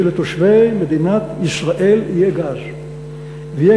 לזה שלתושבי מדינת ישראל יהיה גז ויהיה